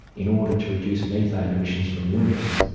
in order to reduce methane emissions from ruminants,